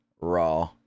raw